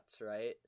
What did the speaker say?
right